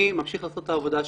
אני ממשיך לעשות את העבודה שלי.